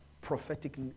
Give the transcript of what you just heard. prophetic